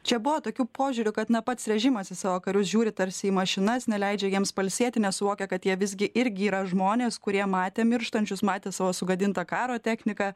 čia buvo tokių požiūrių kad na pats režimas į savo karius žiūri tarsi į mašinas neleidžia jiems pailsėti nesuvokia kad jie visgi irgi yra žmonės kurie matė mirštančius matė savo sugadintą karo techniką